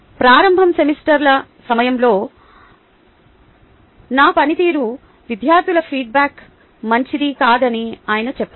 ప్రారంభ సెమిస్టర్ల సమయంలో నా పనితీరు విద్యార్థుల ఫీడ్బ్యాక్ మంచిది కాదని ఆయన చెప్పారు